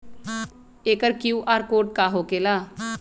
एकर QR code का होकेला?